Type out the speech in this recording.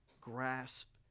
grasp